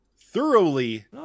thoroughly